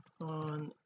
on